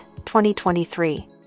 2023